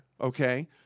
Okay